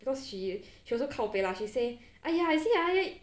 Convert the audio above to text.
because she she also kao peh lah she say !aiya! I see like that